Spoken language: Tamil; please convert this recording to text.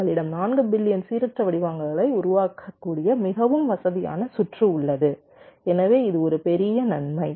எங்களிடம் 4 பில்லியன் சீரற்ற வடிவங்களை உருவாக்கக்கூடிய மிகவும் வசதியான சுற்று உள்ளது எனவே இது ஒரு பெரிய நன்மை